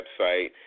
website